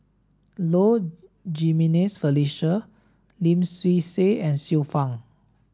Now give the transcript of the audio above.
Low Jimenez Felicia Lim Swee Say and Xiu Fang